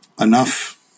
enough